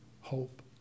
hope